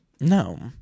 No